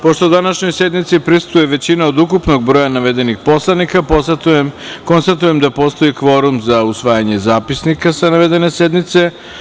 Pošto današnjoj sednici prisustvuje većina od ukupnog broja navedenih poslanika, konstatujem da postoji kvorum za usvajanje zapisnika sa navedene sednice.